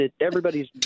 Everybody's